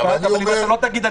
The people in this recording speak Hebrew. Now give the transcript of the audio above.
אבל אם אתה לא תגיד,